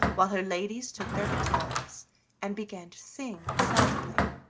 while her ladies took their guitars and began to sing softly.